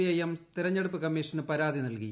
IM തെരഞ്ഞെടുപ്പ് കമ്മീഷന് പരാതി നൽകി